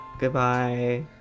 goodbye